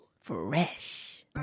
fresh